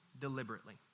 deliberately